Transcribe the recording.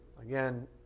Again